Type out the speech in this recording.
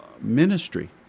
ministry